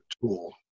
tool